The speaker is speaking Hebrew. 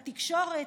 בתקשורת,